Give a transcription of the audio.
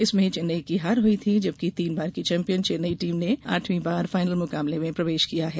इनमें चेन्नई की हार हुई थी जबकि तीन बार की चैंपियन चेन्नई टीम ने आठवीं बार फाइनल मुकाबले में प्रवेश किया है